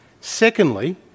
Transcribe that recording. Secondly